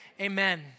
amen